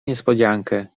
niespodziankę